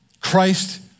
Christ